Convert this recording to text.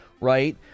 Right